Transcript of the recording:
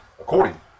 according